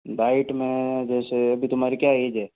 diet में जैसे अभी तुम्हारी क्या ऐज है